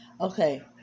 Okay